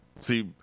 See